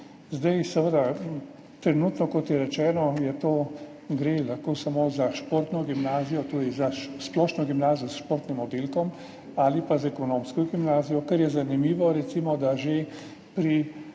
okoljih. Trenutno, kot rečeno, gre lahko samo za športno gimnazijo, torej za splošno gimnazijo s športnim oddelkom, ali pa za ekonomsko gimnazijo. Kar je zanimivo, je recimo